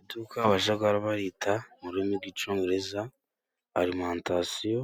Iduka bajya bita mu rurimi rw'icyongereza arimantasiyo,